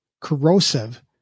corrosive